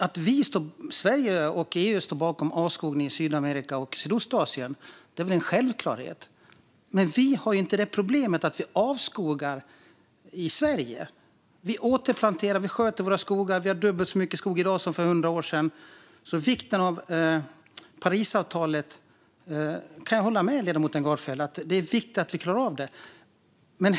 Att Sverige och EU inte står bakom avskogning i Sydamerika och Sydostasien är en självklarhet. Men i Sverige har vi inget problem med avskogning. Vi återplanterar och sköter våra skogar, och vi har dubbelt så mycket skog i dag som för hundra år sedan. Jag kan hålla med ledamoten Gardfjell om att det är viktigt att vi klarar av Parisavtalet.